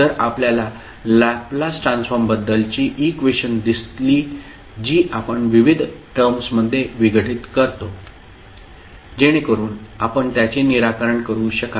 जर आपल्याला Laplace transform बद्दलची इक्वेशन दिसली जी आपण विविध टर्म्समध्ये विघटित करतो जेणेकरून आपण त्याचे निराकरण करू शकाल